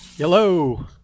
Hello